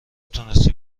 تونستی